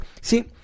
see